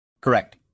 Correct